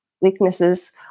weaknesses